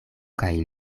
kaj